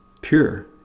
pure